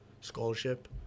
scholarship